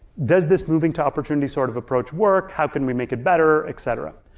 does this moving to opportunity sort of approach work? how can we make it better, etcetera?